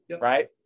right